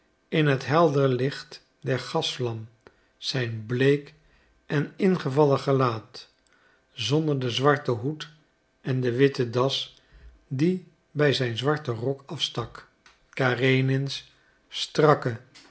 in het helder licht der gasvlam zijn bleek en ingevallen gelaat onder den zwarten hoed en de witte das die bij zijn zwarten rok afstak karenins strakke